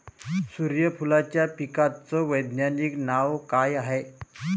सुर्यफूलाच्या पिकाचं वैज्ञानिक नाव काय हाये?